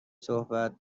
صحبت